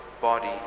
body